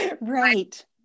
Right